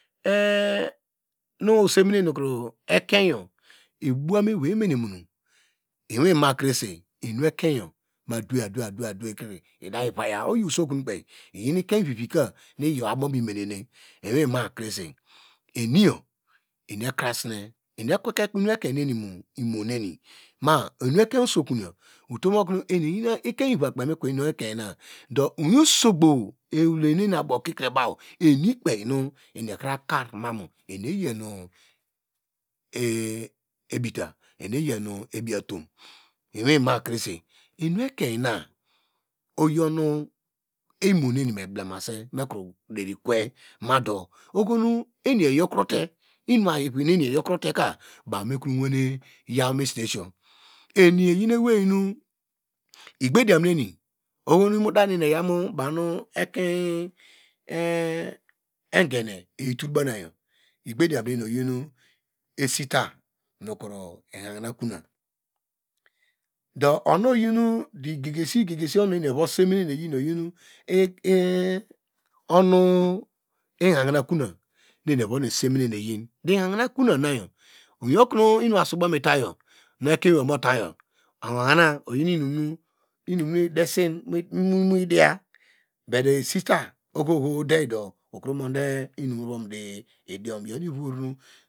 E- nu osemine nukro ekeinyo ebowam ewei emen monu utom makrese enu ekein yo mu adowe adowe idava ye oyi usokun kpei iyon ekein vivi ka nu iyo abomi menene mewima krese eni ekrasine, eni ekweke enu ekein nene mu imo neni eni ekeveke usokun nuyo eni eyin ekein ivi kpei me kwe enu ekwena do muwin osogbo ewei nu emabaw eni kpe nu ehira kar manu eni eyi enu ebita, emeyi enu ebiatum iwi ma krese enu ekein na oyi onu imo nene meblemase mekro deri kwe, madu ohonu eni eyokrote enuvineni iyokrote ka baw mekrowene yow misinesiyo, ohonu imo daneni eyaw mu egene eyi tul bawnu banayo. Igbodiyam nene iyinu esita nukro ihahina kona, do uno yinu gegesi onu eni evusemi neyi yi oyi ihahina kona nu eni eva semi neyin miwi okonu inusu ibaw mitayo nu oyi inum nu idesi nu mu yi diya but esita but esita ode omude mum ova mudi diom.